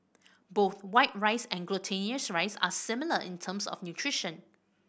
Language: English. both white rice and glutinous rice are similar in terms of nutrition